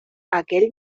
aquel